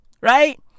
Right